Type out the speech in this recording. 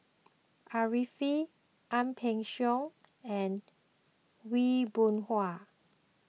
Arifin Ang Peng Siong and Aw Boon Haw